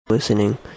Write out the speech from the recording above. Listening